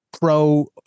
pro